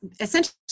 essentially